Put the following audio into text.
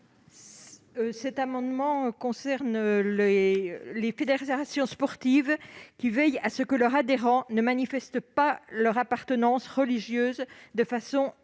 Cet amendement a pour objet que les fédérations sportives veillent à ce que leurs adhérents ne manifestent pas leur appartenance religieuse de façon